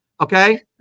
Okay